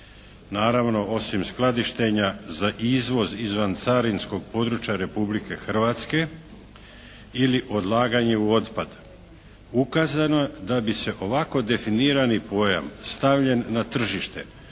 naravno osim skladištenja za izvoz izvan carinskog područja Republike Hrvatske ili odlaganje u otpad. Ukazano je da bi se ovako definirani pojam stavljen na tržište